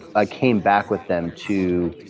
i came back with them to